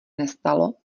nestalo